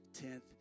tenth